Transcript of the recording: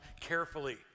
carefully